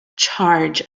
charge